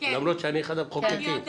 למרות שאני אחד המחוקקים.